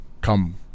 come